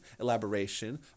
elaboration